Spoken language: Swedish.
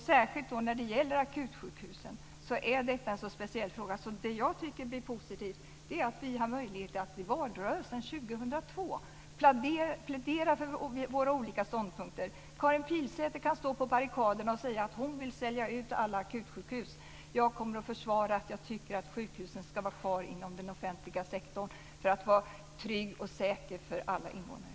Särskilt frågan om akutsjukhusen är en så speciell fråga, så jag tycker att det är positivt att vi i valrörelsen 2002 har möjlighet att plädera för våra olika ståndpunkter. Karin Pilsäter kan stå på barrikaderna och säga att hon vill sälja ut alla akutsjukhus. Jag kommer att försvara att jag tycker att sjukhusen ska vara kvar inom den offentliga sektorn för att det ska vara tryggt och säkert för alla invånare.